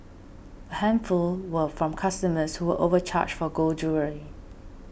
a handful were from customers who were overcharged for gold jewellery